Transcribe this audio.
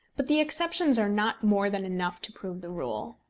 but the exceptions are not more than enough to prove the rule.